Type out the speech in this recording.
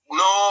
no